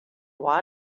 what